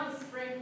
spring